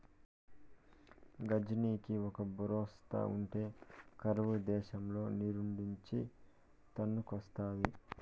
గజానికి ఒక బోరేస్తా ఉంటే కరువు దేశంల నీరేడ్నుంచి తన్నుకొస్తాది